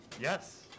Yes